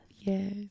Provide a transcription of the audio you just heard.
yes